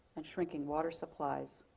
and shrinking water supplies,